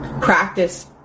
practice